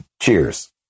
Cheers